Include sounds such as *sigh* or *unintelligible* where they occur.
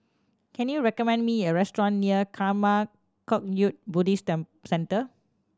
can you recommend me a restaurant near Karma Kagyud Buddhist *unintelligible* Centre